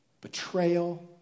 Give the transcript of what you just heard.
betrayal